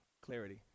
clarity